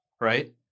right